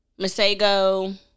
Masego